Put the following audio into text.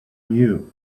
knew